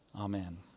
Amen